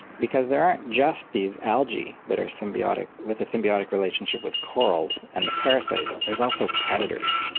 because there aren't just these algae that are symbiotic with a symbiotic relationship with corals and the parasites, there's also predators.